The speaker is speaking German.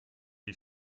die